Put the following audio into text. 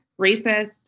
racist